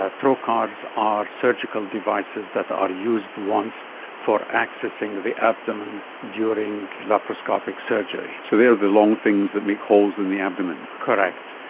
trocars are surgical devices that are used once for accessing the abdomen during laparoscopic surgery. so they are the long things that make holes in the abdomen. correct.